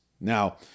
Now